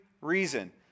reason